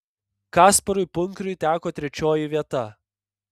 kasparui punkriui teko trečioji vieta